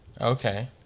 Okay